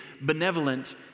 benevolent